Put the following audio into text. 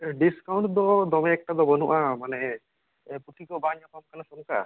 discount ᱫᱚ ᱫᱚᱢᱮ ᱮᱠᱴᱟ ᱫᱚ ᱵᱟᱹᱱᱩᱜᱼᱟ ᱢᱟᱱᱮ ᱯᱩᱛᱷᱤ ᱠᱚ ᱵᱟᱝ ᱧᱟᱯᱟᱢ ᱠᱟᱱᱟ ᱛᱚ ᱚᱱᱠᱟ